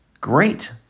great